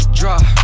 drop